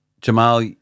Jamal